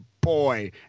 boy